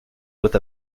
with